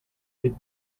could